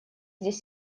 здесь